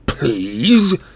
Please